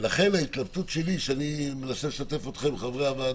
ולכן ההתלבטות, שאני מנסה לשתף אתכם, חברי הוועדה,